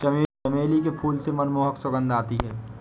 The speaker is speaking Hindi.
चमेली के फूल से मनमोहक सुगंध आती है